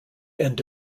end